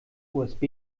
usb